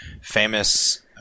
famous